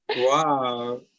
Wow